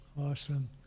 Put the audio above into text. Awesome